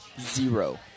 Zero